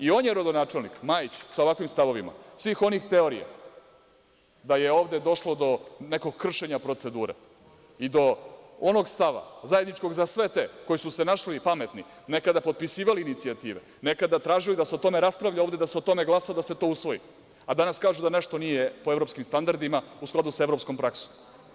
I, on je rodonačelnik, Majić, sa ovakvim stavovima, svih onih teorija da je ovde došlo do nekog kršenja procedure i do onog stava zajedničkog za sve te koji su se našli i pametni nekada potpisivali inicijative, nekada tražili da se o tome raspravlja ovde, da se o tome glasa da se to usvoji, a danas kažu da nešto nije po evropskim standardima u skladu sa evropskom praksom.